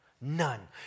None